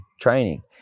training